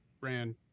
ran